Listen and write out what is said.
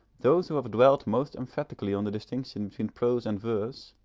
those who have dwelt most emphatically on the distinction between prose and verse,